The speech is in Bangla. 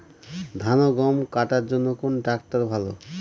ধান ও গম কাটার জন্য কোন ট্র্যাক্টর ভালো?